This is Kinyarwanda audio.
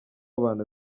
abantu